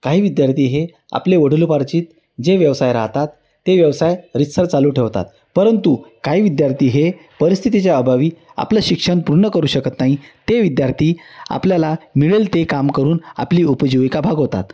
काही विद्यार्थी हे आपले वडिलोपार्जित जे व्यवसाय राहतात ते व्यवसाय रीतसर चालू ठेवतात परंतु काही विद्यार्थी हे परिस्थितीच्या अभावी आपलं शिक्षण पूर्ण करू शकत नाही ते विद्यार्थी आपल्याला मिळेल ते काम करून आपली उपजीविका भागवतात